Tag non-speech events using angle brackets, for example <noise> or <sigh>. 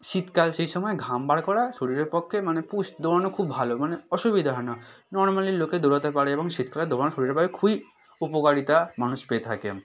শীতকাল সেই সময় ঘাম বার করা শরীরের পক্ষে মানে <unintelligible> দৌড়ানো খুব ভালো মানে অসুবিধা হয় না নর্মালি লোকে দৌড়াতে পারে এবং শীতকালে দৌড়ানো শরীরের পক্ষে খুবই উপকারিতা মানুষ পেয়ে থাকে